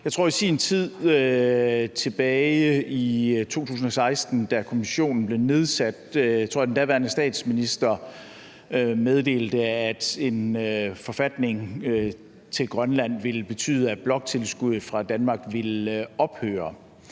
nylig. I sin tid, tilbage i 2016, da kommissionen blev nedsat, tror jeg den daværende statsminister meddelte, at en grønlandsk forfatning ville betyde, at bloktilskuddet fra Danmark ville ophøre.